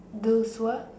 those who are